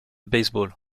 baseball